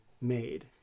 made